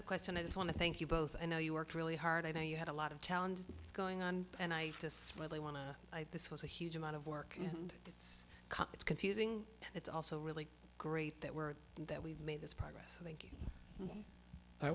a question i just want to thank you both and know you worked really hard i think you had a lot of challenges going on and i just really want to buy this was a huge amount of work and it's it's confusing it's also really great that we're that we've made this progress thank